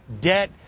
debt